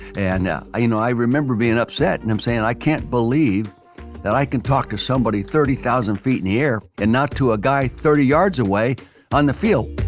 and i i you know remember being upset and i'm saying, i can't believe that i can talk to somebody thirty thousand feet in the air and not to a guy thirty yards away on the field